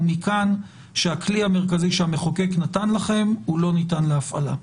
ומכאן שהכלי המרכזי שהמחוקק נתן לכם הוא לא ניתן להפעלה.